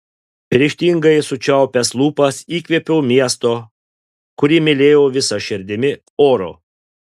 ryžtingai sučiaupęs lūpas įkvėpiau miesto kurį mylėjau visa širdimi oro